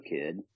kid